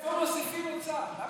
איפה מוסיפים עוד שר?